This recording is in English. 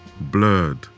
blurred